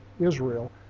Israel